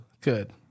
Good